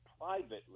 privately